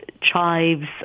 chives